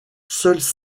seulement